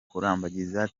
kurambagiza